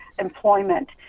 employment